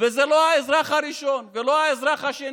וזה לא האזרח הראשון, ולא האזרח השני,